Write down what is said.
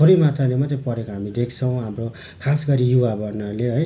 थोरै मात्राले मात्रै पढेका हामी देख्छौँ अब खास गरी युवावर्गहरूले है